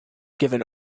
given